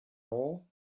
all